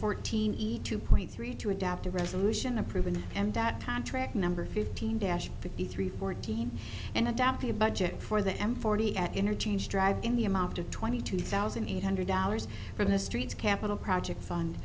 fourteen eat two point three two adopt a resolution a proven and that contract number fifteen dash fifty three fourteen and adopt a budget for the m forty at interchange drive in the amount of twenty two thousand eight hundred dollars from the streets capital project